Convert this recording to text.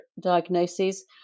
diagnoses